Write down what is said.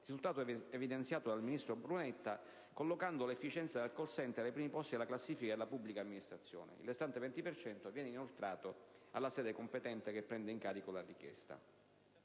risultato evidenziato dal ministro Brunetta collocando l'efficienza del *call center* ai primi posti della classifica della pubblica amministrazione. Il restante 20 per cento viene inoltrato alla sede competente, che prende in carico la richiesta.